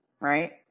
Right